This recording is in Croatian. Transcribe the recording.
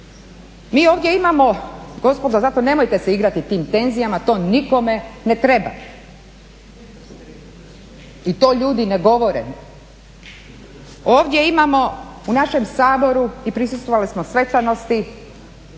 Mi ovdje imamo gospodo, zato nemojte se igrati tim tenzijama, to nikome ne treba i to ljudi ne govore. Ovdje imamo u našem Saboru i prisustvovali smo svečanosti